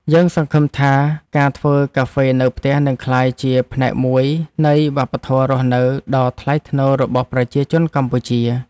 យើងសង្ឃឹមថាការធ្វើកាហ្វេនៅផ្ទះនឹងក្លាយជាផ្នែកមួយនៃវប្បធម៌រស់នៅដ៏ថ្លៃថ្នូររបស់ប្រជាជនកម្ពុជា។